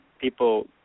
People